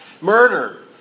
murder